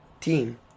team